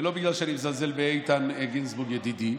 ולא בגלל שאני מזלזל באיתן גינזבורג ידידי.